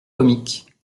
comique